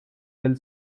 del